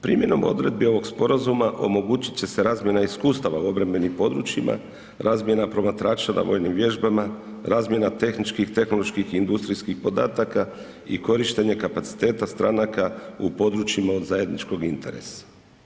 Primjenom odredbi ovog sporazuma omogućit će se razmjena iskustava u obrambenim područjima, razmjena promatrača na vojnim vježbama, razmjena tehničkih, tehnoloških i industrijskih podataka i korištenje kapaciteta stranaka u područjima od zajedničkog interesa.